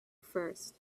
first